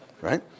right